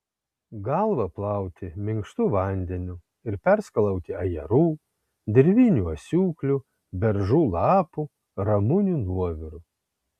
galvą plauti minkštu vandeniu ir perskalauti ajerų dirvinių asiūklių beržų lapų ramunių nuoviru